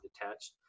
detached